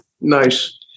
Nice